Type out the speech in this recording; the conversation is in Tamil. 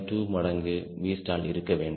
2 மடங்கு Vstall இருக்க வேண்டும்